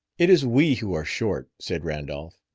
it is we who are short, said randolph.